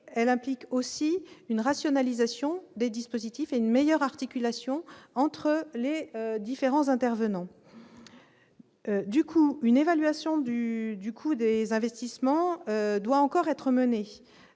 elle implique aussi une rationalisation des dispositifs et une meilleure articulation entre les différents intervenants du coup une évaluation du du coût des investissements doit encore être menées